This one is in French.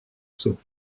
sceaux